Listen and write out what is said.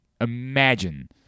imagine